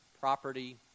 property